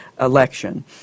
election